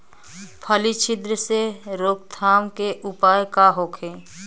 फली छिद्र से रोकथाम के उपाय का होखे?